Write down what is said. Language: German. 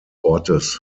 ortes